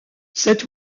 cet